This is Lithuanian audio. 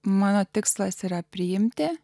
mano tikslas yra priimti